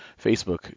Facebook